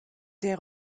der